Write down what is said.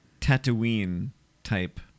Tatooine-type